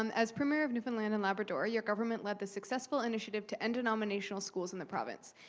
and as premier of newfoundland and labrador, your government led the successful initiative to end denominational schools in the province.